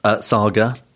saga